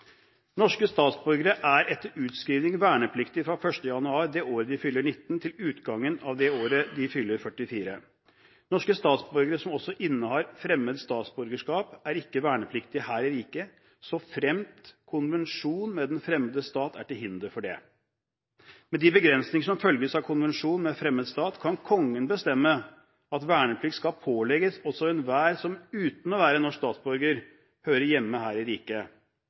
statsborgere er etter utskrivning vernepliktige fra 1. januar det året de fyller 19 til utgangen av det året de fyller 44. Norske statsborgere som også innehar fremmed statsborgerskap, er ikke vernepliktige her i riket såfremt konvensjon med den fremmede stat er til hinder for det. Med de begrensninger som følger av konvensjon med fremmed stat, kan Kongen bestemme at verneplikt skal pålegges også enhver som uten å være norsk statsborger hører hjemme her i riket.